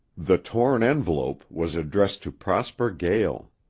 the torn envelope was addressed to prosper gael.